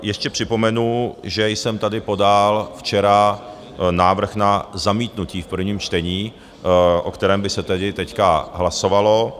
Ještě připomenu, že jsem tady podal včera návrh na zamítnutí v prvním čtení, o kterém by se tedy teď hlasovalo.